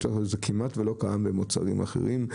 זה כמעט ולא קיים במוצרים אחרים,